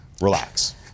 Relax